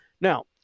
Now